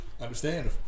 understand